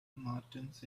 martians